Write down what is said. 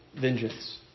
vengeance